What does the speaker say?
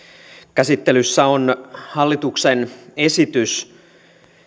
käsittelyssä on hallituksen esitys